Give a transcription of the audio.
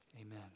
Amen